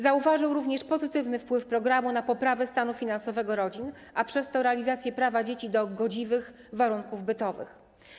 Zauważył również pozytywny wpływ programu na poprawę stanu finansowego rodzin, a przez to - realizację prawa dzieci do godziwych warunków bytowych.